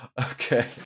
Okay